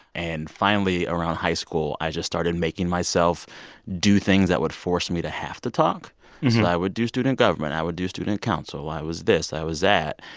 and finally around high school, i just started making myself do things that would force me to have to talk, so i would do student government. i would do student council. i was this. i was that.